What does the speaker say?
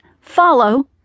follow